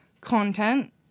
content